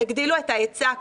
תגדילו את ההיצע של הרופאים,